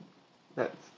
that's